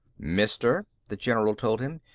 mister, the general told him,